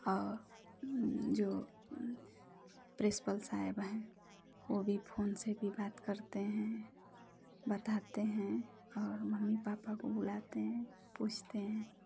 और जो प्रिंसिपल साहिबा हैं वह भी फ़ोन से भी बात करते हैं बताते हैं और मम्मी पापा को बुलाते हैं पूछते हैं